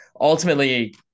Ultimately